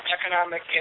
economic